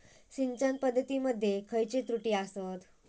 सिंचन पद्धती मध्ये खयचे त्रुटी आसत?